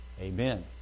Amen